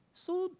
so